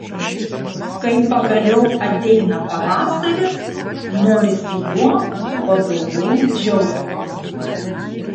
kai pagaliau ateina pavasaris norisi juo kuo daugiau džiaugtis